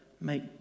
make